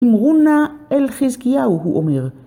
אמרו נא אל חזקיהו, הוא אומר.